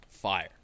Fire